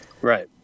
Right